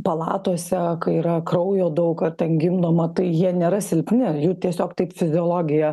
palatose kai yra kraujo daug ar ten gimdoma tai jie nėra silpni jų tiesiog taip fiziologija